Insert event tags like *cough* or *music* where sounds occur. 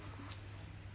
*noise*